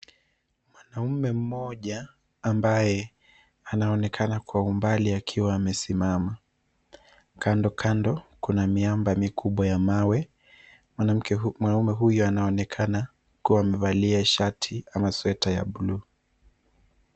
Mwanaume mmoja ambaye anaonekana kwa umbali akiwa amesimama. Kando kando kuna miamba mikubwa ya mawe. Mwanaume huyu anaonekana akiwa amevaa shati ama sweta ya bluu.